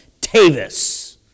Tavis